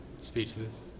speechless